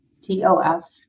T-O-F